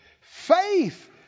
Faith